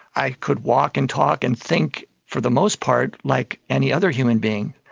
i could walk and talk and think for the most part like any other human being,